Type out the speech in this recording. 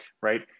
right